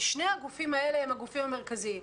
שני הגופים האלה הם הגופים המרכזיים.